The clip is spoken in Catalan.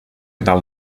dalt